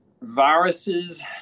viruses